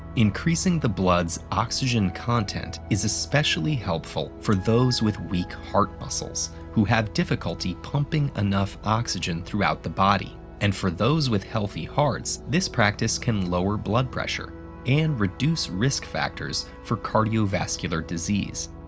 increasing the blood's oxygen content is especially helpful for those with weak heart muscles who have difficulty pumping enough oxygen throughout the body. and for those with healthy hearts, this practice can lower blood pressure and reduce risk factors for cardiovascular disease.